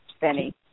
Benny